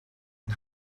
und